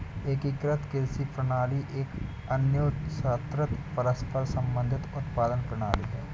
एकीकृत कृषि प्रणाली एक अन्योन्याश्रित, परस्पर संबंधित उत्पादन प्रणाली है